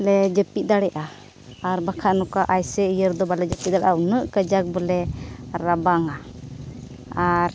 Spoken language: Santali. ᱞᱮ ᱡᱟᱹᱯᱤᱫ ᱫᱟᱲᱮᱭᱟᱜᱼᱟ ᱟᱨ ᱵᱟᱠᱷᱟᱡ ᱱᱚᱝᱠᱟ ᱮᱭᱥᱮ ᱤᱭᱟᱹ ᱨᱮᱫᱚ ᱵᱟᱞᱮ ᱡᱟᱹᱯᱤᱫ ᱫᱟᱲᱮᱭᱟᱜᱼᱟ ᱩᱱᱟᱹᱜ ᱠᱟᱡᱟᱠ ᱵᱚᱞᱮ ᱨᱟᱵᱟᱝᱼᱟ ᱟᱨ